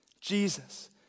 Jesus